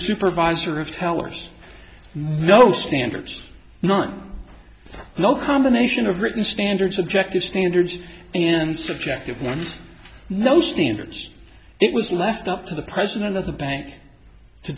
supervisor of tellers no standards none no combination of written standards objective standards and subjective and no standards it was left up to the president of the bank to